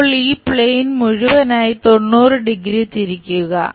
ഇപ്പോൾ ഈ പ്ലെയിൻ മുഴുവനായി 90 ഡിഗ്രി തിരിക്കുക